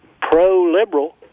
pro-liberal